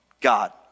God